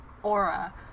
Aura